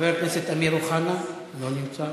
חבר הכנסת אמיר אוחנה, לא נמצא.